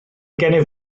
gennyf